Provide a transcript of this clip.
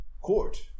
Court